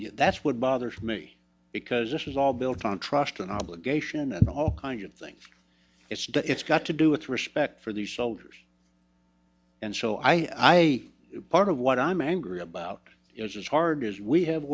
that's what bothers me because this is all built on trust and obligation and all kinds of things it's got to do with respect for the soldiers and so i part of what i'm angry about is as hard as we have